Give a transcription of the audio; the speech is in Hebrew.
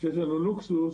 יש לנו לוקסוס